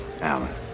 Alan